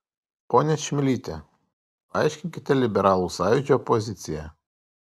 ponia čmilyte paaiškinkite liberalų sąjūdžio poziciją